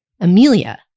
Amelia